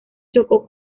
chocó